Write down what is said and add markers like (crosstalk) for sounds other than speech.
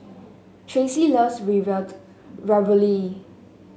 Tracee loves (unintelligible) Ravioli